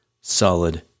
solid